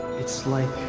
it's like